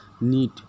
need